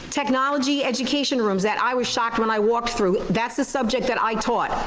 technology, education rooms that i was shocked when i walked through, that's the subject that i taught.